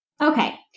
Okay